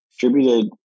distributed